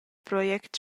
project